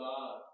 God